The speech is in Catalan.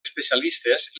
especialistes